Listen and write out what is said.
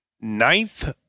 ninth